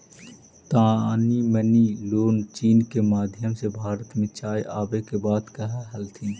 तानी मनी लोग चीन के माध्यम से भारत में चाय आबे के बात कह हथिन